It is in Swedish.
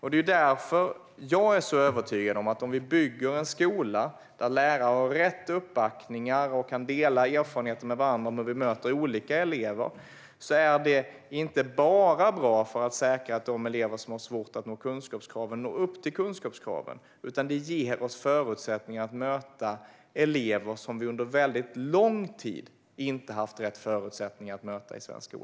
Det är därför som jag är så övertygad om att om vi bygger en skola där lärare har rätt uppbackning och kan dela erfarenheter med varandra när det gäller att bemöta olika elever är det inte bara bra för att säkra att de elever som har svårt att nå upp till kunskapskraven, utan det ger oss förutsättningar att möta elever som vi under mycket lång tid inte haft rätt förutsättningar att möta i svensk skola.